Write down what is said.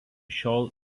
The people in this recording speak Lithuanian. šiol